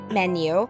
menu